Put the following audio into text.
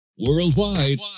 Worldwide